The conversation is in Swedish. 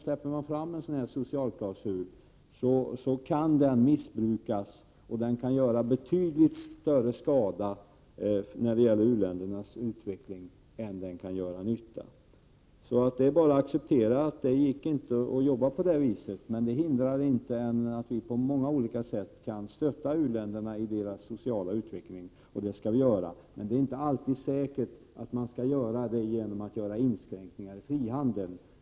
Släpper man fram en socialklausul kan den missbrukas och göra betydligt större skada än nytta för u-ländernas utveckling. Så det är bara att acceptera att det inte går att komma fram på det sättet. Det hindrar inte att vi på många olika sätt kan stötta u-länderna i deras sociala utveckling, och det skall vi göra. Men det är inte alltid säkert att man skall göra det genom inskränkningar i frihandeln.